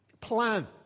plan